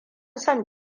son